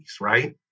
right